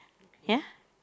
ya